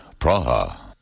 Praha